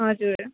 हजुर